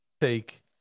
take